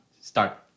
start